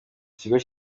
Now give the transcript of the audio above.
ikigo